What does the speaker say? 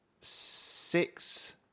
six